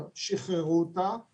שחררו אותה בסוף נובמבר,